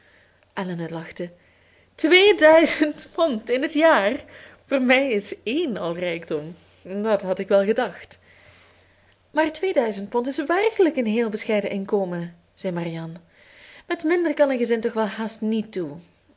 elinor lachte twee duizend pond in het jaar voor mij is een al rijkdom dat had ik wel gedacht maar tweeduizend pond is werkelijk een heel bescheiden inkomen zei marianne met minder kan een gezin toch wel haast niet toe